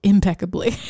Impeccably